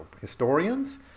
historians